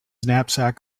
knapsack